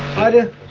other